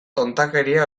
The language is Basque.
tontakeria